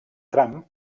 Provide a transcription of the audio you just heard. tram